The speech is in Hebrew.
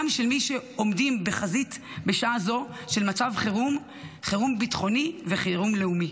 גם של מי שעומדים בחזית בשעה זו של מצב חירום ביטחוני וחירום לאומי.